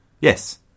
Yes